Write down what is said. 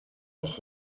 auch